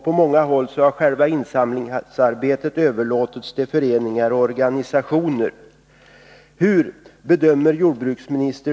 På många håll har själva insamlingsarbetet överlåtits till föreningar och organisationer.